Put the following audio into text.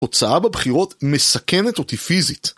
הוצאה בבחירות מסכנת אותי פיזית